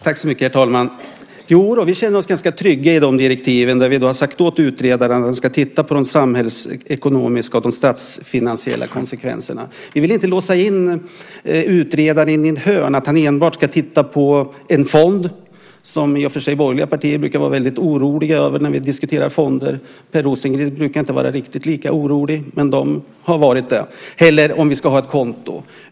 Herr talman! Jo då, vi känner oss ganska trygga i de här direktiven, där vi har sagt åt utredaren att man ska titta på de samhällsekonomiska och de statsfinansiella konsekvenserna. Vi vill inte låsa in utredaren i ett hörn och säga att han enbart ska titta på en fond - de borgerliga partierna brukar vara väldigt oroliga när vi diskuterar fonder, vilket Per Rosengren inte brukar vara - eller om vi ska ha ett konto.